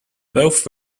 both